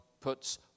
puts